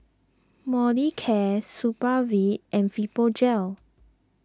Molicare Supravit and Fibogel